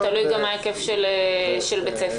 תלוי גם מה ההיקף של בית הספר.